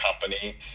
company